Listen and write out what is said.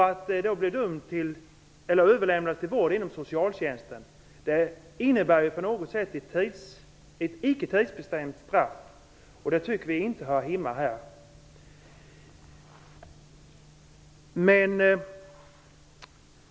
Ett överlämnande till vård inom socialtjänsten innebär på något sätt ett icke tidsbestämt straff, och vi tycker inte att det hör hemma här.